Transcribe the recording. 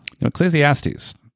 Ecclesiastes